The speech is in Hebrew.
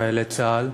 חיילי צה"ל,